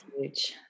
huge